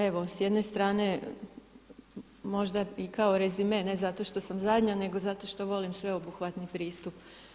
Evo s jedne strane možda i kao rezime ne zato što sam zadnja nego zato što volim sveobuhvatni pristup.